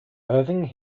irving